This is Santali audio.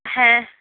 ᱦᱮᱸ